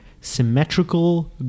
symmetrical